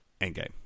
Endgame